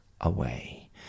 away